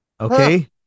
okay